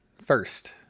first